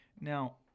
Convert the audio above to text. Now